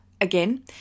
again